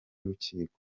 urukiko